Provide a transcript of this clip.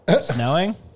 snowing